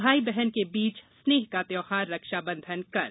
भाई बहन के बीच स्नेह का त्यौहार रक्षाबंधन कल